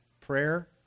prayer